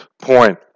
point